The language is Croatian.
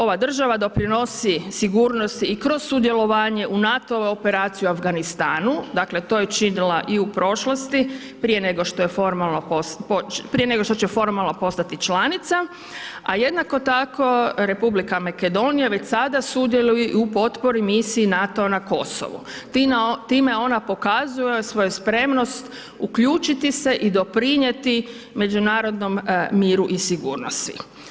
Ova država doprinosi sigurnosti i kroz sudjelovanje u NATO-vu operaciju u Afganistanu, dakle, to je činila i u prošlosti prije nego što će formalno postati članica, a jednako tako Republika Makedonija već sada sudjeluje i u potpori misiji NATO-a na Kosovu, time ona pokazuje svoju spremnost uključiti se i doprinjeti međunarodnom miru i sigurnosti.